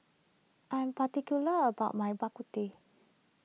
I am particular about my Bak Kut Teh